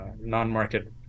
non-market